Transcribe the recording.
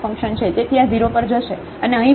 તેથી આ 0 પર જશે અને અહીં ફરીથી તે જ આર્ગ્યુમેન્ટ